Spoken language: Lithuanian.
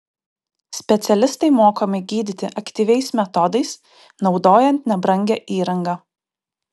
specialistai mokomi gydyti aktyviais metodais naudojant nebrangią įrangą